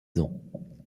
ans